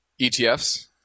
ETFs